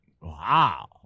Wow